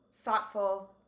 thoughtful